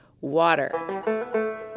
water